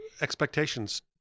expectations